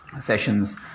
sessions